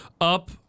up